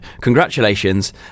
Congratulations